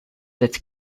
that